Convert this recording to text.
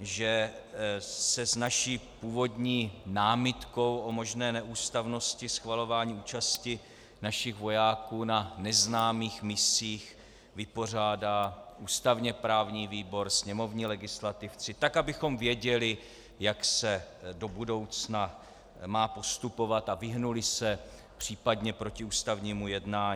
že se s naší původní námitkou o možné neústavnosti schvalování účasti našich vojáků na neznámých misích vypořádá ústavněprávní výbor, sněmovní legislativci, abychom věděli, jak se má do budoucna postupovat, a vyhnuli se případně protiústavnímu jednání.